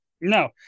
No